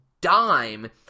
dime